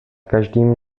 každým